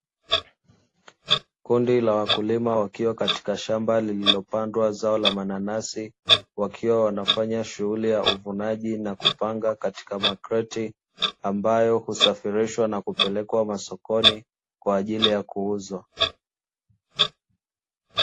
Kundi la wakulima wakiwa katika shamba lililopandwa zao la mananasi, wakiwa wanafanya shughuli ya uvunaji na kupanga katika makreti ambayo husafirishwa na kupelekwa masokoni kwa ajili ya kuuzwa.